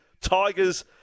Tigers